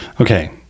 Okay